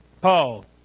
Paul